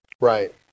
right